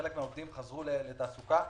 חלק מהעובדים חזרו לתעסוקה.